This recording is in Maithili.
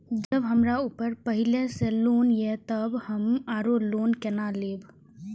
जब हमरा ऊपर पहले से लोन ये तब हम आरो लोन केना लैब?